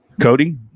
Cody